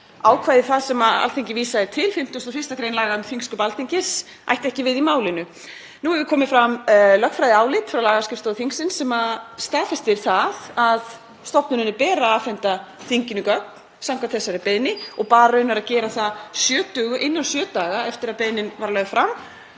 ákvæði það sem Alþingi vísaði til, 51. gr. laga um þingsköp Alþingis, ætti ekki við í málinu. Nú hefur komið fram lögfræðiálit frá lagaskrifstofu þingsins sem staðfestir að stofnuninni beri að afhenda þinginu gögn samkvæmt þessari beiðni og bar raunar að gera það innan sjö daga eftir að beiðnin var lögð fram